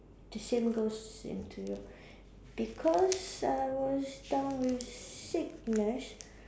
the same goes to you because I was down with sickness